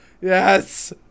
Yes